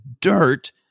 dirt